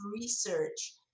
research